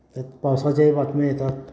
त्यात पावसाचे बातम्या येतात